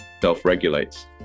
self-regulates